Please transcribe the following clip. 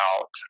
out